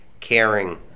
caring